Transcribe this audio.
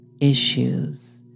issues